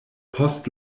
post